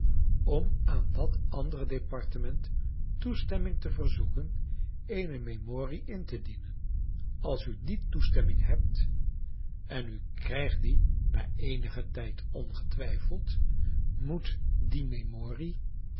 om aan dat andere departement toestemming te verzoeken eene memorie in te dienen als u die toestemming hebt en u krijgt die na eenigen tijd ongetwijfeld moet die memorie